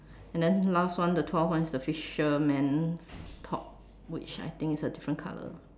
and then last one the twelve one is the fisherman top which I think it's a different color